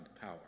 power